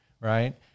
Right